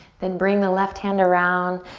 then bring the left hand around,